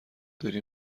داری